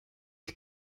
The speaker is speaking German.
die